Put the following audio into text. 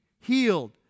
healed